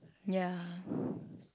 ya